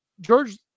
George